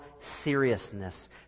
seriousness